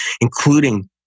including